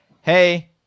Hey